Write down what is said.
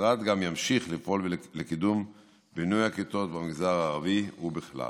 המשרד גם ימשיך לפעול לקידום בינוי הכיתות במגזר הערבי ובכלל.